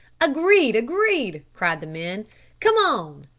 agreed, agreed, cried the men come on.